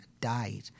died